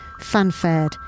fanfared